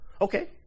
Okay